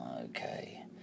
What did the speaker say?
Okay